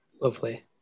Lovely